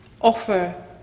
offer